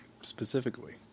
Specifically